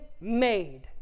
made